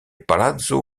palazzo